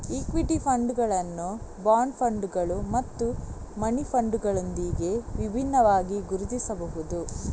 equity ಫಂಡುಗಳನ್ನು bond ಫಂಡುಗಳು ಮತ್ತು ಮನಿ ಫಂಡುಗಳೊಂದಿಗೆ ವಿಭಿನ್ನವಾಗಿ ಗುರುತಿಸಬಹುದು